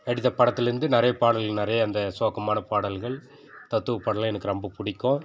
நடித்த படத்திலேருந்து நிறைய பாடல்கள் நிறைய இந்த சோகமான பாடல்கள் தத்துவப் பாடல்களெலாம் எனக்கு ரொம்ப பிடிக்கும்